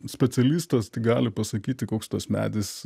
specialistas tik gali pasakyti koks tas medis